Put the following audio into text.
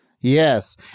yes